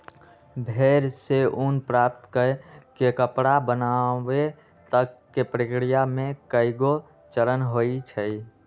भेड़ से ऊन प्राप्त कऽ के कपड़ा बनाबे तक के प्रक्रिया में कएगो चरण होइ छइ